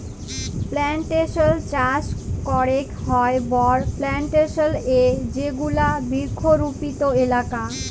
plantation চাস ক্যরেক হ্যয় বড় প্লানটেশল এ যেগুলা বৃক্ষরপিত এলাকা